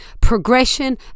progression